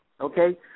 okay